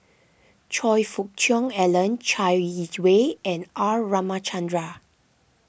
Choe Fook Cheong Alan Chai Yee Wei and R Ramachandran